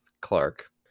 Clark